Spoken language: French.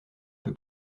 peu